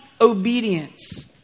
obedience